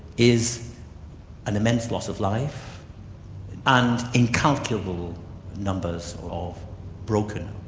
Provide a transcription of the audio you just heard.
is an immense loss of life and incalculable numbers of broken